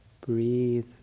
Breathe